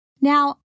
Now